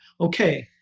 Okay